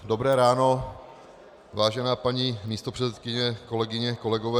Dobré ráno, vážená paní místopředsedkyně, kolegyně, kolegové.